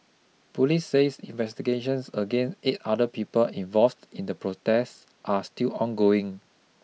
police says investigations against eight other people involved in the protest are still ongoing